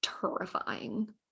terrifying